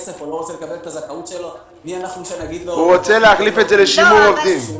כסף או את הזכאות שלו- -- הוא רוצה להמיר את זה לשימור עובדים.